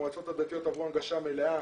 המועצות הדתיות עברו הנגשה מלאה,